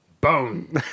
bone